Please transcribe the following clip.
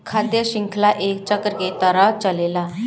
खाद्य शृंखला एक चक्र के तरह चलेला